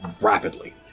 rapidly